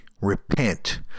repent